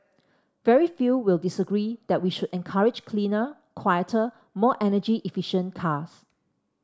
very few will disagree that we should encourage cleaner quieter more energy efficient cars